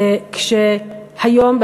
כשהיום,